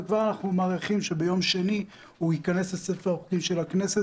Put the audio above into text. וכבר אנחנו מעריכים שביום שני הוא ייכנס לספר החוקים של הכנסת